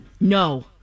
No